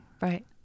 right